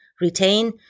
retain